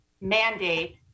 mandate